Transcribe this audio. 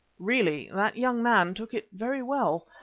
really that young man took it very well.